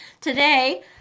Today